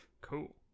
Cool